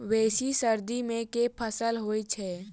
बेसी सर्दी मे केँ फसल होइ छै?